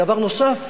דבר נוסף,